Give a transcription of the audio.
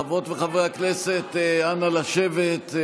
חברות וחברי הכנסת, נא לשבת.